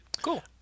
Cool